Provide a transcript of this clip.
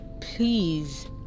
please